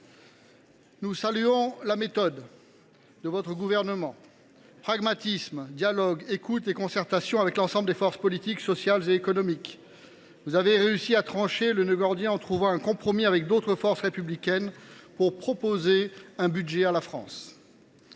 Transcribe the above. Nous saluons la méthode du Gouvernement : pragmatisme, dialogue, écoute et concertation avec l’ensemble des forces politiques, sociales et économiques. Celui ci a réussi à trancher le nœud gordien en trouvant un compromis avec d’autres forces républicaines pour proposer un budget à la France.